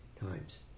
times